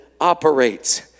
operates